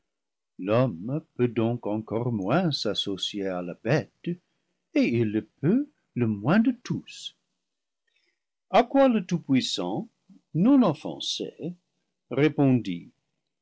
l'homme peut donc encore moins s'associer à la bête et il le peut le moins de tous a quoi le tout-puissant non offensé répondit